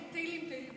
תהילים.